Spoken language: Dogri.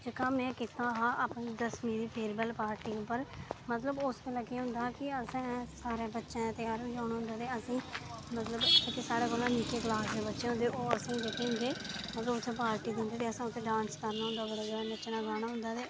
जेह्का में कीता हा अपनी दसमीं दी फेयरवेल पार्टी उप्पर मतलब उस बेल्लै केह् होंदा हा कि असें सारें बच्चें त्यार होइयैऔना होंदा ते मतलब जेह्के साढ़े कोला निक्के क्लास दे बच्चे ओह् असेंगी जेह्के होंदे मतलब असेंगी पार्टी दिंदे असें उत्थै डांस करना होंदा बड़ा ज्यादा नच्चना गाना होंदा